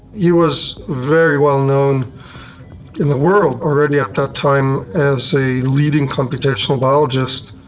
he was very well known in the world already at that time as a leading computational biologist.